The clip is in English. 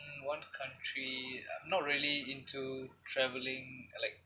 mm one country uh not really into travelling like